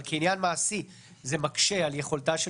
אבל כעניין מעשי זה מקשה על יכולתה של